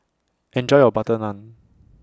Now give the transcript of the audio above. Enjoy your Butter Naan